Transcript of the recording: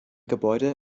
gebäude